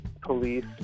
police